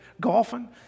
golfing